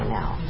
now